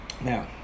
Now